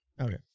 Okay